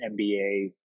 NBA